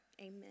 Amen